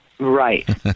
Right